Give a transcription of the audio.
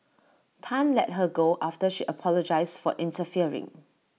Tan let her go after she apologised for interfering